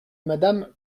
madame